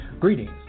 Greetings